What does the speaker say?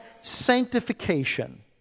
sanctification